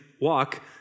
walk